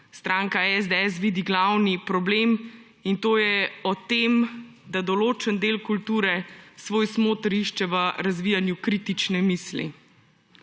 stranka SDS vidi glavni problem, in to je o tem, da določen del kulture svoj smoter išče v razvijanju kritične misli.